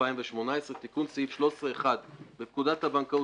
2018 תיקון סעיף 13 1. בפקודת הבנקאות,